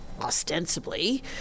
ostensibly